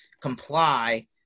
comply